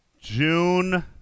June